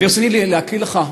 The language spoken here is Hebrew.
ברצוני להקריא לך,